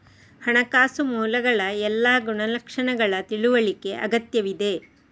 ಹಣಕಾಸು ಮೂಲಗಳ ಎಲ್ಲಾ ಗುಣಲಕ್ಷಣಗಳ ತಿಳುವಳಿಕೆ ಅಗತ್ಯವಿದೆ